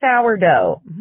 sourdough